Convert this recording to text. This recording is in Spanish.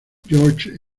george